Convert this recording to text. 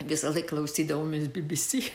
visąlaik klausydavomės bbc